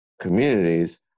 communities